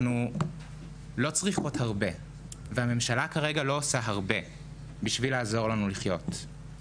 אנחנו לא צריכות הרבה והממשלה כרגע לא עושה הרבה כדי לעזור לנו לחיות.